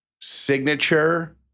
signature